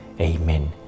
Amen